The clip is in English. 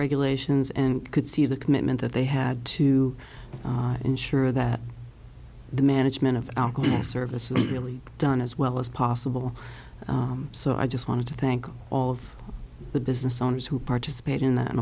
regulations and could see the commitment that they had to ensure that the management of services really done as well as possible so i just wanted to thank all of the business owners who participate in that and